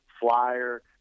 flyer